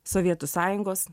sovietų sąjungos